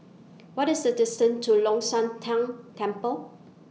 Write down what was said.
What IS The distance to Long Shan Tang Temple